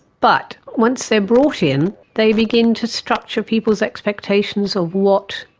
but once they're brought in, they begin to structure people's expectations of what,